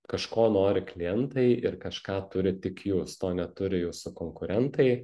kažko nori klientai ir kažką turit tik jūs to neturi jūsų konkurentai